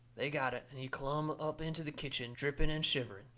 they got it, and he clumb up into the kitchen, dripping and shivering.